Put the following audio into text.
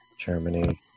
Germany